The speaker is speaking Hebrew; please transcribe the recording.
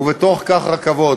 ובתוך כך רכבות.